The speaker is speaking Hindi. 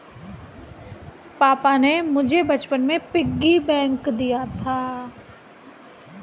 पापा ने मुझे बचपन में पिग्गी बैंक दिया था